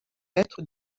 lettre